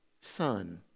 son